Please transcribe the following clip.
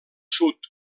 sud